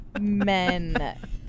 Men